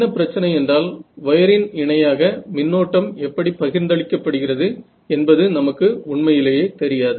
என்ன பிரச்சனை என்றால் வயரின் இணையாக மின்னோட்டம் எப்படி பகிர்ந்தளிக்கப்படுகிறது என்பது நமக்கு உண்மையிலேயே தெரியாது